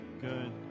good